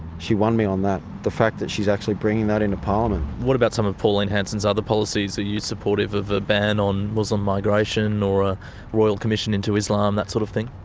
she won me on that, the fact that she is actually bringing that into parliament. and what about some of pauline hanson's other policies? are you supportive of a ban on muslim migration or a royal commission into islam, that sort of thing?